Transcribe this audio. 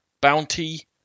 bounty